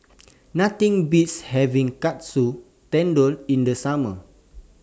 Nothing Beats having Katsu Tendon in The Summer